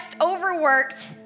overworked